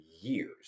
years